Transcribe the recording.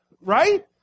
right